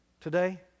today